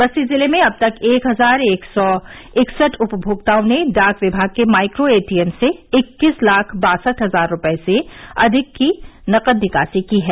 बस्ती जिले में अब तक एक हजार एक सौ इकसठ उपभोक्ताओं ने डाक विभाग के माइक्रो एटीएम से इक्कीस लाख बासठ हजार रूपये से अधिक की नकद निकासी की है